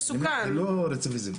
אם אסיר לא עבר שום טיפול,